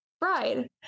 bride